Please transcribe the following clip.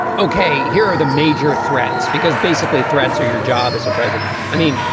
ok, here are the major threats, because basically threats are your job as a president. i mean,